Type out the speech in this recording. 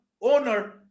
owner